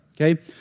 Okay